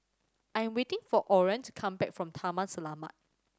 I'm waiting for Orren to come back from Taman Selamat